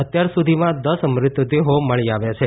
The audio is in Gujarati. અત્યાર સુધીમાં દસ મૃતદેહો મળી આવ્યા છે